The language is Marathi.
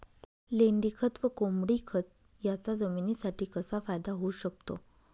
लेंडीखत व कोंबडीखत याचा जमिनीसाठी कसा फायदा होऊ शकतो?